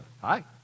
Hi